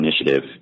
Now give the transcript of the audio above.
initiative